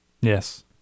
Yes